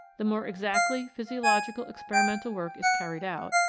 the more exactly physio logical experimental work is carried out,